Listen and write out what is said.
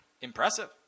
Impressive